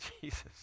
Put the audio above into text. Jesus